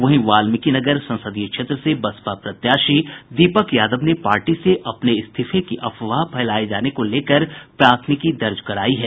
वहीं वाल्मीकिनगर संसदीय क्षेत्र से बसपा प्रत्याशी दीपक यादव ने पार्टी से अपने इस्तीफे की अफवाह फैलाये जाने को लेकर प्राथमिकी दर्ज करायी है